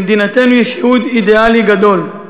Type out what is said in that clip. למדינתנו יש ייעוד אידיאלי גדול,